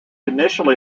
initially